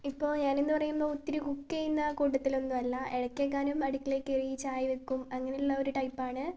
ഇപ്പോൾ ഞാനെന്നു പറയുന്ന ഒത്തിരി കുക്ക് ചെയ്യുന്ന കൂട്ടത്തിലൊന്നും അല്ല ഇടയ്ക്കെങ്ങാനും അടുക്കളയിൽ കയറി ചായ വയ്ക്കും അങ്ങനെയുള്ള ആ ഒരു ടൈപ്പാണ്